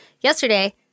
yesterday